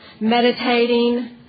meditating